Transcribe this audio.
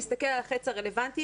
להסתכל על החץ הרלוונטי,